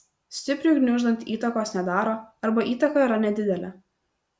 stipriui gniuždant įtakos nedaro arba įtaka yra nedidelė